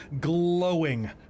glowing